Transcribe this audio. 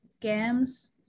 games